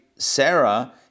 Sarah